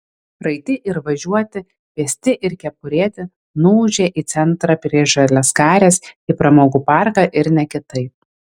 raiti ir važiuoti pėsti ir kepurėti nuūžė į centrą prie žaliaskarės į pramogų parką ir ne kitaip